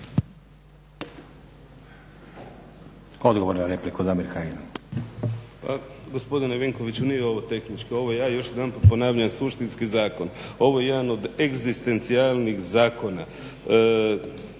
Odgovor na repliku, Damir Kajin.